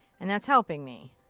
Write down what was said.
and that's helping me.